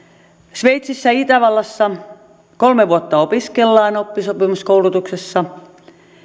sveitsissä ja itävallassa kolme vuotta opiskellaan oppisopimuskoulutuksessa